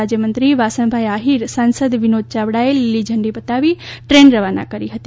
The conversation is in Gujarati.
રાજય મંત્રી વાસણભાઇ આહિર સાંસદ વિનોદ ચાવડાએ લીલી ઝંડી બતાવી રવાના કરી હતી